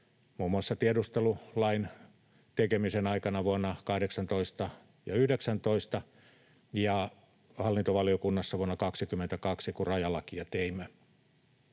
muun muassa tiedustelulain tekemisen aikana vuosina 18 ja 19 ja hallintovaliokunnassa vuonna 22, kun rajalakia teimme.